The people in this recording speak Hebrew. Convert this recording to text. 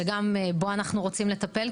שגם בה אנחנו רוצים לטפל,